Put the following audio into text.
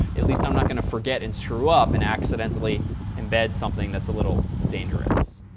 at least i'm not going to forget and screw up and accidentally embed something that's a little dangerous.